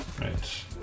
right